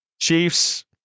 Chiefs